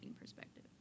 perspective